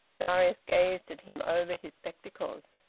darius gazed at him over his spectacles.